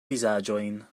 vizaĝojn